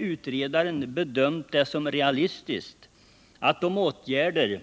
Utredaren har bedömt det som realistiskt att de åtgärder